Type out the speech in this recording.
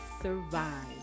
survive